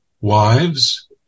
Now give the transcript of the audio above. Wives